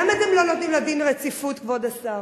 למה אתם לא נותנים לה דין רציפות, כבוד השר?